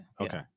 Okay